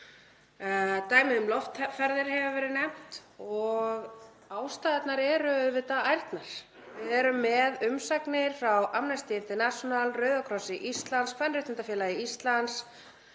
dæmið um loftferðir hefur verið nefnt, og ástæðurnar eru auðvitað ærnar. Við erum með umsagnir frá Amnesty International, Rauða krossinum á Íslandi, Kvenréttindafélagi Íslands,